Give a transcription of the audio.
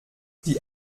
die